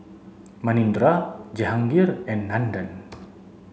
Manindra Jehangirr and Nandan